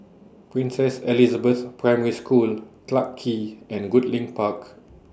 Princess Elizabeth Primary School Clarke Quay and Goodlink Park